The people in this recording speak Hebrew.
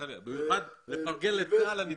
לפרגן לצה"ל.